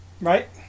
Right